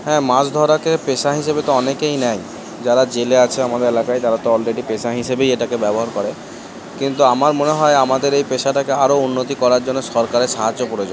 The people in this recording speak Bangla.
হ্যাঁ মাছ ধরাকে পেশা হিসেবে তো অনেকেই নেয় যারা জেলে আছে আমার এলাকায় তারা তো অলরেডি পেশা হিসেবেই এটাকে ব্যবহার করে কিন্তু আমার মনে হয় আমাদের এই পেশাটাকে আরও উন্নতি করার জন্য সরকারের সাহায্য প্রয়োজন